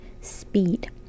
speed